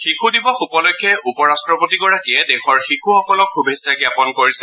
শিশু দিৱস উপলক্ষে উপ ৰাট্টপতিগৰাকীয়ে দেশৰ শিশুসকলক শুভেচ্ছা জ্ঞাপন কৰিছে